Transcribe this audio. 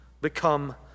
become